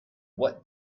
what